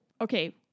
Okay